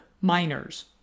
miners